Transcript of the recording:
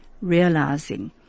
realizing